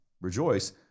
Rejoice